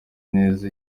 neza